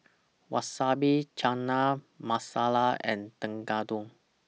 Wasabi Chana Masala and Tekkadon